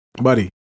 Buddy